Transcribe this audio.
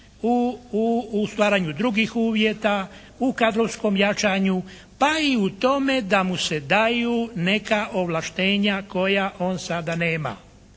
u stvaranju drugih uvjeta, u kadrovskom jačanju pa i u tome da mu se daju neka ovlaštenja koja on sada nema.